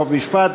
חוק ומשפט.